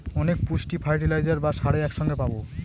অনেক পুষ্টি ফার্টিলাইজার বা সারে এক সঙ্গে পাবো